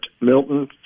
Milton